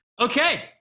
Okay